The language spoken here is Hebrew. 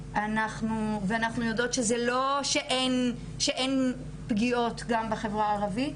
ואנחנו יודעות שלא שאין פגיעות גם בבחרה הערבית,